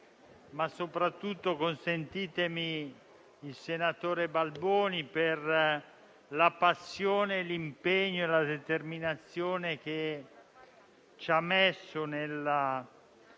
ma soprattutto il senatore Balboni, per la passione, l'impegno e la determinazione che ha messo nel